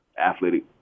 athletic